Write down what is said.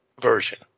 version